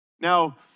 Now